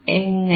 എങ്ങനെ